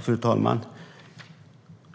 Fru talman!